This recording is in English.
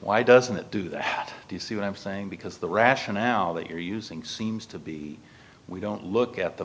why doesn't it do that do you see what i'm saying because the rationale that you're using seems to be we don't look at the